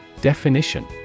Definition